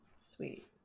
Sweet